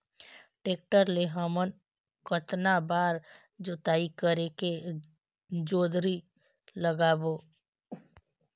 Tractor ले हमन कतना बार जोताई करेके जोंदरी लगाबो?